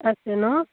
আছে ন